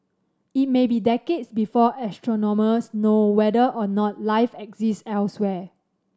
it may be decades before astronomers know whether or not life exist elsewhere